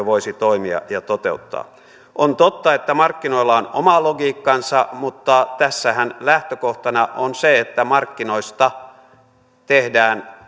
voisi toimia ja voitaisiin toteuttaa on totta että markkinoilla on oma logiikkansa mutta tässähän lähtökohtana on se että markkinoista tehdään